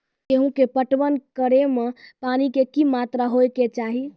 गेहूँ के पटवन करै मे पानी के कि मात्रा होय केचाही?